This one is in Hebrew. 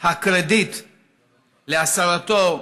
הקרדיט להסרתו,